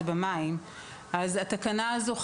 אותה אמא של אותו ילד הייתה בבית הקפה,